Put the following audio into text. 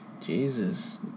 Jesus